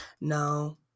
No